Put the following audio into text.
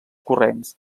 corrents